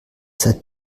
seid